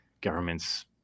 governments